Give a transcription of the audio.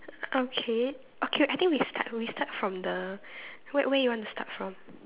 okay okay I think we start we start from the where where you want to start from